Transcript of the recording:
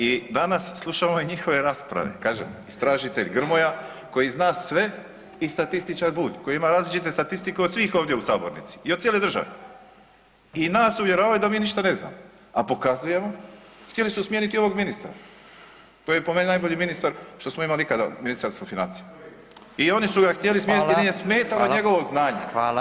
I danas slušam ove njihove rasprave, kaže istražitelj Grmoja koji zna sve i statističar Bulj koji ima različite statistike od svih ovdje u sabornici i od cijele države i nas uvjeravaju da mi ništa ne znamo, a pokazujemo htjeli su smijeniti ovog ministra koji je po meni najbolji ministar što imali ikada Ministarstvo financija i oni su ga htjeli smijeniti jer im [[Upadica: Hvala, hvala.]] je smetalo njegovo znanje.